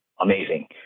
amazing